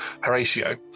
Horatio